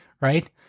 Right